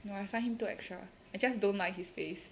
no I find him too extra I just don't like his face